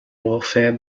warfare